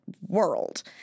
world